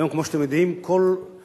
של חבר